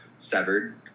severed